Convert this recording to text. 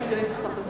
סגנית השר, בבקשה.